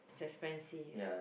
it's expensive